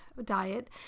diet